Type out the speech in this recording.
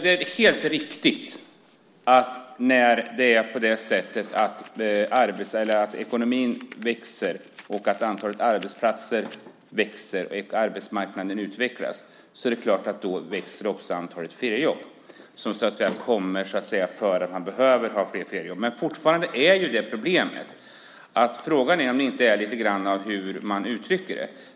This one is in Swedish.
Det är helt riktigt att ekonomin växer, att antalet arbetsplatser växer och att arbetsmarknaden utvecklas, och då växer också antalet feriejobb. Men fortfarande finns det problem. Frågan är om det inte beror lite grann på hur man uttrycker det.